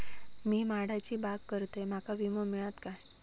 मी माडाची बाग करतंय माका विमो मिळात काय?